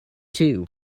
two